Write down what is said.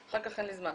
אחר כך אין לי זמן,